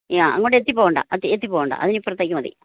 യ അങ്ങോട്ട് എഡ്ജിൽ പോവേണ്ട എത്തി പോവേണ്ട അതിനിപ്പുറത്തേക്ക് മതി